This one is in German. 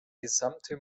gesamte